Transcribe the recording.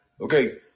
Okay